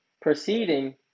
proceeding